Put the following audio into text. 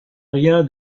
rien